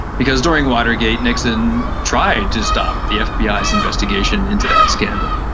because during watergate nixon tried to stop the fbi's investigation into that scandal.